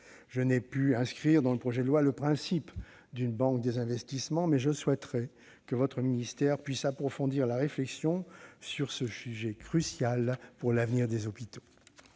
je n'ai pu inscrire dans le projet de loi le principe d'une banque des investissements, mais je souhaiterais que votre ministère puisse approfondir la réflexion sur ce sujet crucial pour l'avenir des hôpitaux.